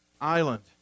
Island